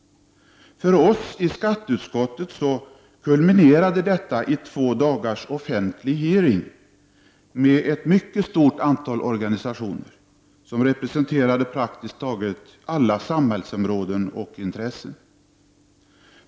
För oss i skatteutskottet kom kulmen i och med den offentliga hearing som pågick i två dagar och som behandlade dessa frågor. Ett mycket stort antal organisationer var företrädda där. Praktiskt taget alla samhällsområden och intressen var representerade.